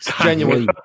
genuinely